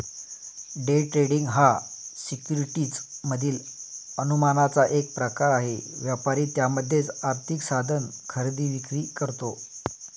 day trading हा securities मधील अनुमानाचा एक प्रकार आहे, व्यापारी त्यामध्येच आर्थिक साधन खरेदी विक्री करतो